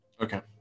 Okay